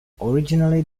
originally